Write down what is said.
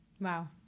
Wow